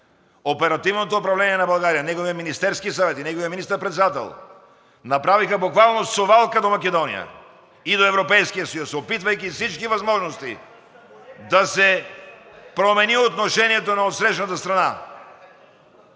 оперативно управление на България – неговия Министерски съвет и неговия министър-председател, направиха буквално совалка до Македония и до Европейския съюз, опитвайки всички възможности да се промени отношението на отсрещната страна.